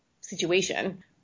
situation